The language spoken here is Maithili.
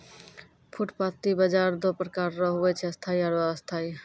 फुटपाटी बाजार दो प्रकार रो हुवै छै स्थायी आरु अस्थायी